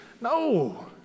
No